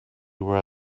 were